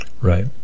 right